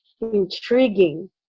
intriguing